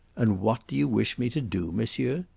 and what do you wish me to do, monsieur?